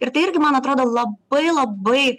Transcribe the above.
ir tai irgi man atrodo labai labai